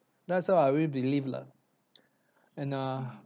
that's what I always believe lah and uh